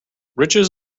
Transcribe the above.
riches